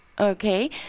Okay